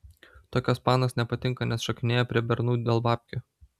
tokios panos nepatinka nes šokinėja prie bernų dėl babkių